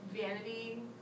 Vanity